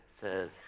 says